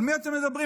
על מי אתם מדברים?